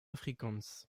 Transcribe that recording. afrikaans